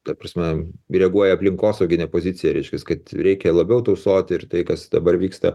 ta prasme reaguoja aplinkosauginę poziciją reiškia kad reikia labiau tausoti ir tai kas dabar vyksta